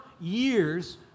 years